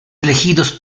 elegidos